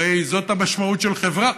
הרי זאת המשמעות של חברה.